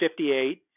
58